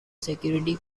security